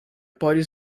pode